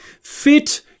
Fit